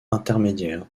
intermédiaire